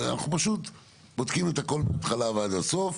אנחנו פשוט בודקים את הכול מהתחלה ועד הסוף,